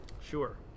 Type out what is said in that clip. Sure